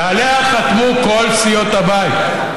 ועליה חתמו כל סיעות הבית,